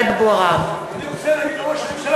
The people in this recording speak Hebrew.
(קוראת בשמות